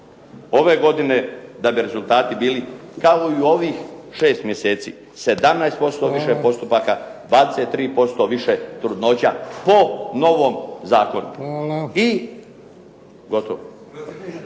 ove godine da bi rezultati bili kao i ovih 6 mjeseci 17% više postupaka, 23% više trudnoća po novom zakonu. I gotovo.